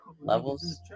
Levels